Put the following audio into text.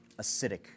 acidic